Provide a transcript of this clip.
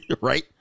right